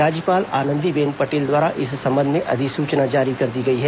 राज्यपाल आनंदीबेन पटेल द्वारा इस संबंध में अधिसूचना जारी कर दी गई है